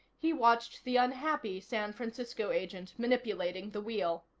he watched the unhappy san francisco agent manipulating the wheel.